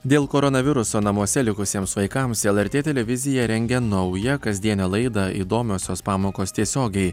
dėl koronaviruso namuose likusiems vaikams lrt televizija rengia naują kasdienę laidą įdomiosios pamokos tiesiogiai